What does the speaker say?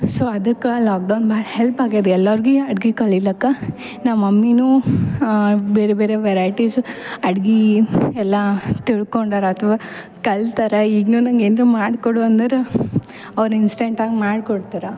so ಅದಕ್ಕೆ lockdown ಭಾಳ help ಆಗ್ಯದ ಎಲ್ಲರ್ಗಿ ಅಡ್ಗಿ ಕಲಿಲಾಕ ನಮ್ಮ ಮಮ್ಮಿನು ಬೇರೆ ಬೇರೆ ವೆರೈಟಿಸ್ ಅಡ್ಗಿ ಎಲ್ಲ ತಿಳ್ಕೊಂಡರ ಅಥ್ವ ಕಲ್ತಾರಾ ಈಗ್ನು ನಂಗೆ ಏನ್ರ ಮಾಡ್ಕೊಡು ಅಂದ್ರೆ ಅವ್ರ ಇನ್ಸ್ಟ್ಯಾಂಟಾಗ ಮಾಡ್ಕೊಡ್ತಾರೆ